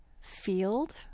field